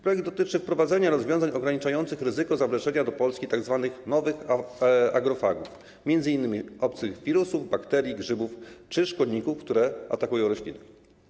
Projekt dotyczy wprowadzenia rozwiązań ograniczających ryzyko zawleczenia do Polski tzw. nowych agrofagów, m.in. obcych wirusów, bakterii, grzybów czy szkodników, które atakują rośliny.